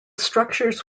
structures